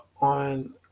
on